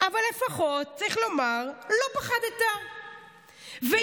אבל לפחות, צריך לומר, לא פחדת והתעמת.